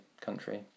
country